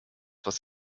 was